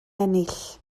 ennill